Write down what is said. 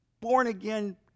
born-again